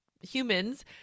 humans